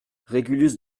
régulus